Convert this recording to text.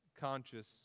conscious